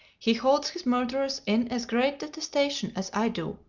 he holds his murderers in as great detestation as i do.